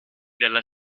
della